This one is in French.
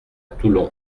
toulon